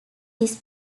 this